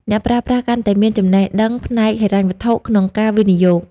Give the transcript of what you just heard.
អ្នកប្រើប្រាស់កាន់តែមាន "ចំណេះដឹងផ្នែកហិរញ្ញវត្ថុ" ក្នុងការវិនិយោគ។